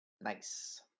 Nice